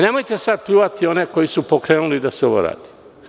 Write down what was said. Nemojte sada pljuvati one koji su pokrenuli da se ovo radi.